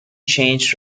changed